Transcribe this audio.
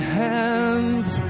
hands